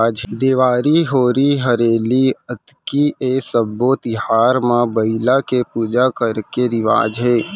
देवारी, होरी हरेली, अक्ती ए सब्बे तिहार म बइला के पूजा करे के रिवाज हे